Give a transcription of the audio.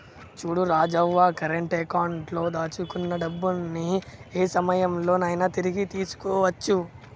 చూడు Rajavva current account లో దాచుకున్న డబ్బుని ఏ సమయంలో నైనా తిరిగి తీసుకోవచ్చు